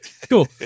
Cool